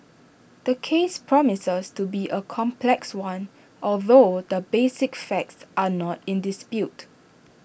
the case promises to be A complex one although the basic facts are not in dispute